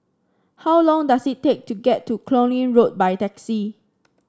how long does it take to get to Cluny Road by taxi